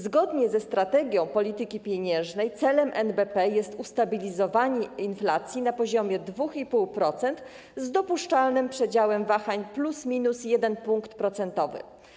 Zgodnie ze strategią polityki pieniężnej celem NBP jest ustabilizowanie inflacji na poziomie 2,5% z dopuszczalnym przedziałem wahań plus minus 1 punkt procentowy.